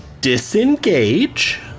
disengage